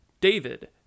David